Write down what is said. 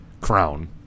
Crown